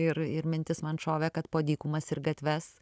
ir ir mintis man šovė kad po dykumas ir gatves